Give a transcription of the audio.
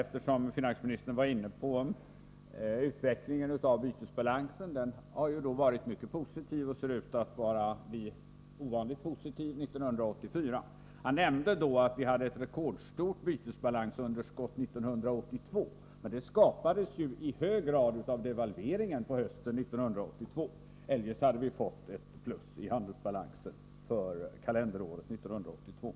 Finansministern berörde bytesbalansens utveckling. Den har varit mycket positiv och ser ut att bli ovanligt positiv även 1984. Finansministern nämnde att vi hade ett rekordstort bytesbalansunderskott 1982. Men det skapades ju i hög grad av devalveringen på hösten 1982. Eljest hade vi fått ett plus i handelsbalansen för kalenderåret 1982.